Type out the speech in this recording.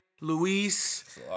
Luis